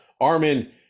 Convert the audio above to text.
Armin